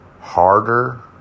harder